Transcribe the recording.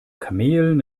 kamelen